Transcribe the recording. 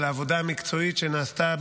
על העבודה המקצועית שנעשתה.